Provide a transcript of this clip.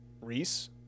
Reese